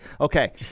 Okay